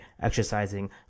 exercising